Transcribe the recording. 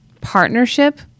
partnership